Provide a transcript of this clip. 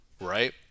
right